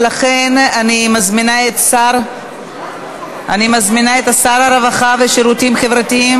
ולכן אני מזמינה את שר הרווחה והשירותים החברתיים